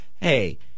hey –